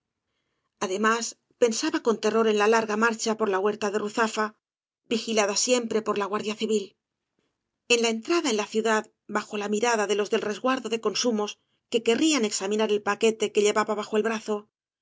además pensaba con terror en la larga marcha por la huerta de ruzafa vigilada siempre por la guardia civil v bliasoo lfiáñb en la entrada en la ciudad bajo la mirada de los del resguardo de coagumos que querrían exami car el paquete que llevaba bajo el brazo